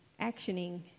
actioning